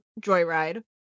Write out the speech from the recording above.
Joyride